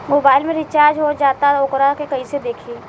Mobile में recharge हो जाला त वोकरा के कइसे देखी?